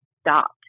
stopped